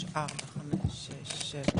הצבעה